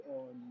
on